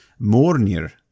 mornir